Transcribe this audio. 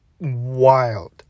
wild